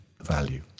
value